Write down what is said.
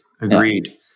agreed